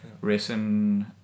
racing